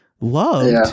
loved